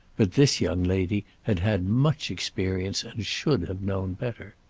but this young lady had had much experience and should have known better.